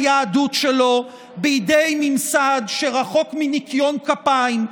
היהדות שלו בידי ממסד שרחוק מניקיון כפיים,